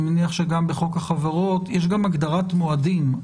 מניח שגם בחוק החברות יש גם הגדרת מועדים.